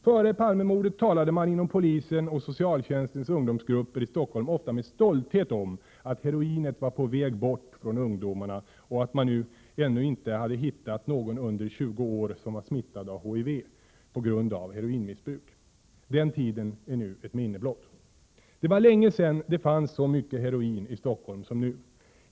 Före Palmemordet talade man inom polisen och socialtjänstens ungdomsgrupper i Stockholm ofta med stolthet om att heroinet var på väg bort från ungdomarna och att man ännu inte hade hittat någon under 20 år som var smittad av HIV på grund av heroinmissbruk. Den tiden är nu ett minne blott. Det var länge sedan det fanns så mycket heroin i Stockholm som nu.